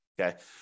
okay